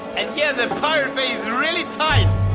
and yeah, the pirate bay is really tight!